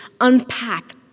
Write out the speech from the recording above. unpack